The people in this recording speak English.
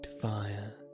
fire